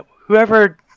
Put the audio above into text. whoever